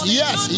yes